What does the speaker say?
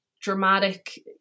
dramatic